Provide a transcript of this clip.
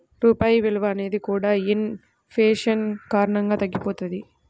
రూపాయి విలువ అనేది కూడా ఇన్ ఫేషన్ కారణంగా తగ్గిపోతది